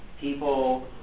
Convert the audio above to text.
people